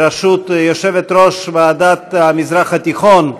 בראשות יושבת-ראש ועדת המזרח התיכון,